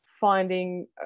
finding